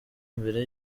mbere